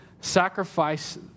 sacrifice